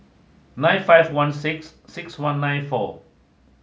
nine five one six six one nine four